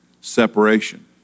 separation